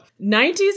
90s